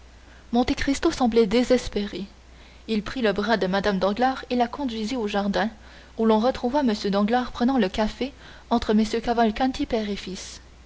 florence monte cristo semblait désespéré il prit le bras de mme danglars et la conduisit au jardin où l'on retrouva m danglars prenant le café entre mm cavalcanti père et fils